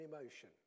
emotion